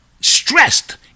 stressed